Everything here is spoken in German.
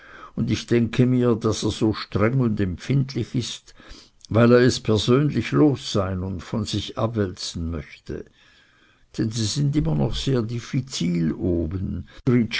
und ich denke mir daß er so streng und empfindlich ist weil er es persönlich los sein und von sich abwälzen möchte denn sie sind immer noch sehr diffizil oben